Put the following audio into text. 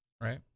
right